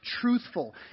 truthful